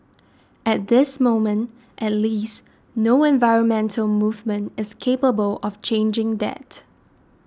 at this moment at least no environmental movement is capable of changing that